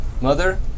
Mother